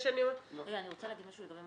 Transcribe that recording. גם לגבי מה